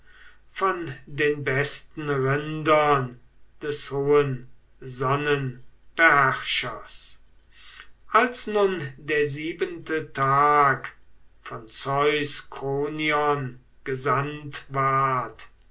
von den besten rindern des hohen sonnenbeherrschers als nun der siebente tag von zeus kronion gesandt ward